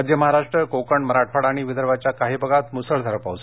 मध्य महाराष्ट्र कोकण मराठवाडा आणि विदर्भाच्या काही भागात मुसळधार पाऊस पडेल